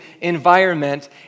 environment